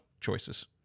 choices